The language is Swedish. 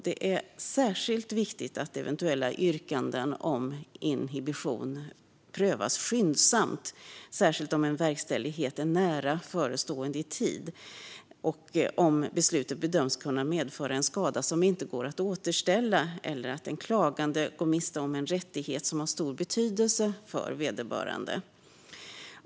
Det är viktigt att eventuella sådana yrkanden prövas skyndsamt, särskilt om en verkställighet är nära förestående och om beslutet bedöms kunna medföra en skada som inte går att återställa eller att en klagande går miste om en rättighet som har stor betydelse för vederbörande.